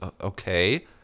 okay